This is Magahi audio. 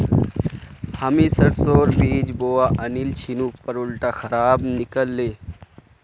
हामी सरसोर बीज बोवा आनिल छिनु पर उटा खराब निकल ले